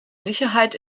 sicherheit